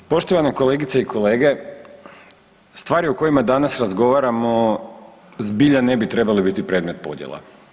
Poštovane kolegice i kolege stvari o kojima danas razgovaramo zbilja ne bi trebale biti predmet podjela.